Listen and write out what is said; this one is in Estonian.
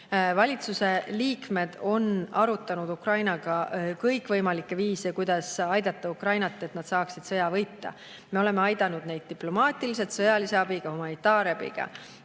Valitsuse liikmed on arutanud Ukrainaga kõikvõimalikke viise, kuidas aidata Ukrainat, et nad saaksid sõja võita. Me oleme aidanud neid diplomaatiliselt, sõjalise abiga, humanitaarabiga.